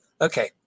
Okay